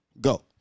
Go